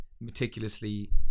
meticulously